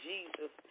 Jesus